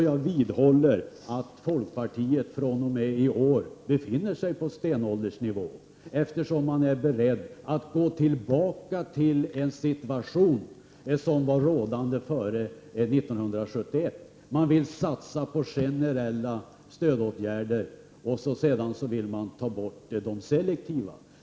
Jag vidhåller att folkpartiet fr.o.m. i år befinner sig på stenåldersnivå, eftersom det är berett att gå tillbaka till den situation som var rådande före 1971. Man vill satsa på generella stödåtgärder och ta bort de selektiva.